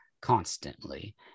constantly